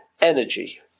energy